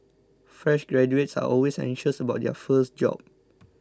fresh graduates are always anxious about their first job